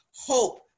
hope